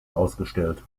ausgestellt